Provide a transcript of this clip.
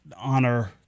honor